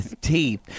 teeth